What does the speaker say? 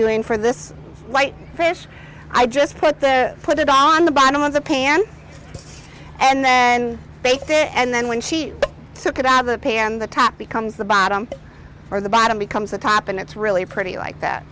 doing for this light i just put there put it on the bottom of the pan and then base it and then when she took it out of the pan the top becomes the bottom or the bottom becomes the top and it's really pretty like that